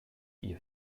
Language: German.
ihr